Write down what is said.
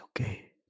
Okay